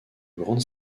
grande